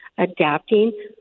Adapting